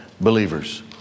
believers